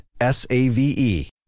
S-A-V-E